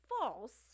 false